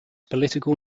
political